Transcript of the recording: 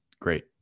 great